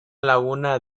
laguna